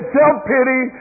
self-pity